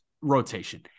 rotation